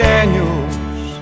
Daniels